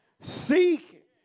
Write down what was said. Seek